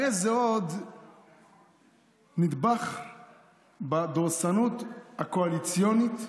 הרי זה עוד נדבך בדורסנות הקואליציונית,